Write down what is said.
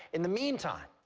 in the meantime,